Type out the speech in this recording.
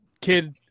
kid